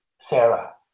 Sarah